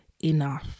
enough